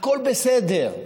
הכול בסדר.